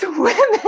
Women